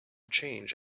change